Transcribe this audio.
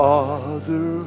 Father